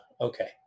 Okay